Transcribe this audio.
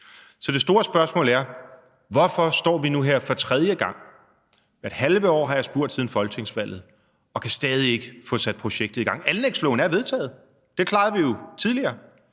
Så det store spørgsmål er: Hvorfor står vi nu her for tredje gang – hvert halve år siden folketingsvalget har jeg spurgt – og kan stadig ikke få sat projektet i gang? Anlægsloven er vedtaget. Det klarede vi jo tidligere.